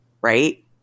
right